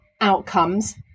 outcomes